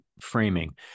framing